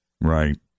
Right